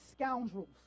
scoundrels